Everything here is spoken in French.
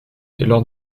lors